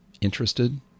interested